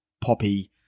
poppy